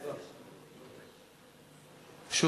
תודה.